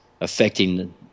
affecting